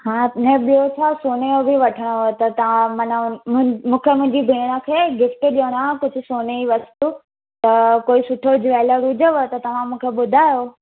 हा न ॿियों छा सोने जो बि वठिणो आहे त तव्हां माना मु मूंखे मुंहिंजी भेण खे गिफ्ट ॾियणो आहे कुझु सोने जी वस्तू त कोई सुठो ज्वैलर हुजेव त तव्हां मूंखे ॿुधायो